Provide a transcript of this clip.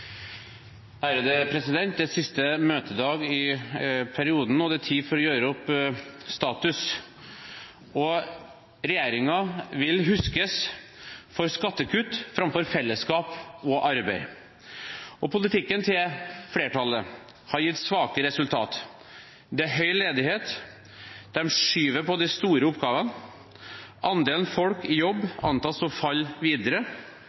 å gjøre opp status. Regjeringen vil huskes for skattekutt framfor fellesskap og arbeid. Politikken til flertallet har gitt svake resultater. Det er høy ledighet, de skyver på de store oppgavene, andelen folk i jobb antas å falle videre,